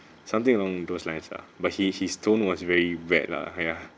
something along those lines lah but he his tone was very bad lah ya